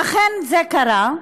ואכן, זה קרה.